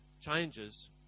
changes